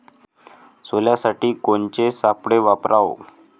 सोल्यासाठी कोनचे सापळे वापराव?